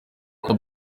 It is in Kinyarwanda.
oda